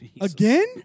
Again